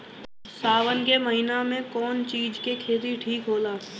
सावन के महिना मे कौन चिज के खेती ठिक होला?